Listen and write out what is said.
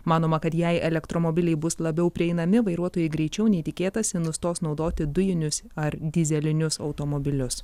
manoma kad jei elektromobiliai bus labiau prieinami vairuotojai greičiau nei tikėtasi nustos naudoti dujinius ar dyzelinius automobilius